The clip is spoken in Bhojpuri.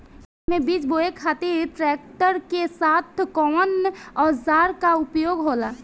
खेत में बीज बोए खातिर ट्रैक्टर के साथ कउना औजार क उपयोग होला?